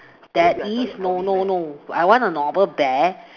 there is no no no I want a normal bear